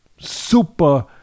super